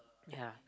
ya